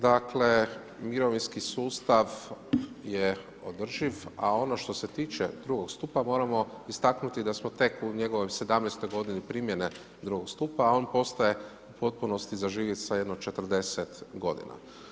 Dakle mirovinski sustav je održiv, a ono što se tiče drugog stupa moramo istaknuti da smo tek u njegovoj 17. godini primjene drugog stupa, a on postaje u potpunosti zaživjet sa jedno 40 godina.